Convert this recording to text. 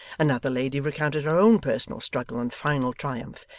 another lady recounted her own personal struggle and final triumph,